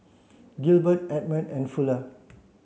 Gilbert Edmond and Fuller